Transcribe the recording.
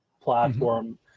platform